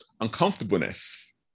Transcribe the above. uncomfortableness